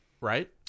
right